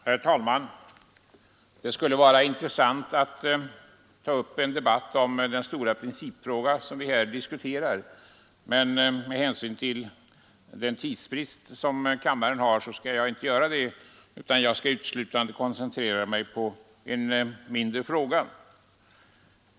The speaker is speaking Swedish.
Herr talman! Det skulle vara intressant att ta upp en debatt om den stora principfråga som nu diskuteras, men med hänsyn till den tidsbrist som kammaren har skall jag inte göra det utan uteslutande koncentrera mig på en mindre fråga.